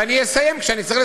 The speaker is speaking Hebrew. ואני אסיים כשאני צריך לסיים.